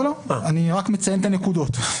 לא, אני רק מציין את הנקודות.